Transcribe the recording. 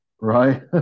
Right